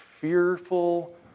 fearful